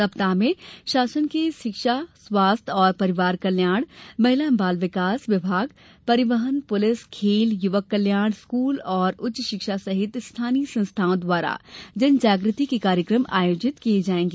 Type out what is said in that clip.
सप्ताह में शासन के शिक्षा स्वास्थ्य और परिवार कल्याण महिला बाल विकास परिवहन पुलिस खेल एवं युवक कल्याण स्कूल एवं उच्च शिक्षा सहित स्थानीय संस्थाओं द्वारा जनजागृति के कार्यक्रम आयोजित किये जाते है